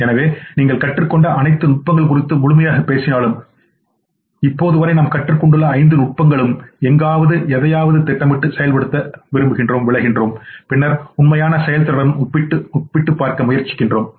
எனவே நீங்கள் கற்றுக் கொண்ட அனைத்து நுட்பங்கள் குறித்து முழுமையாக பேசினாலும் இப்போது வரை நாம் கற்றுக்கொண்ட ஐந்து நுட்பங்களும் எங்காவது எதையாவது திட்டமிட்டு செயல்படுத்துகிறோம் பின்னர் உண்மையான செயல்திறனுடன் ஒப்பிட முயற்சிக்கிறோம்